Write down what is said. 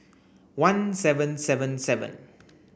one seven seven seven